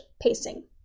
pacing